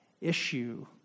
issue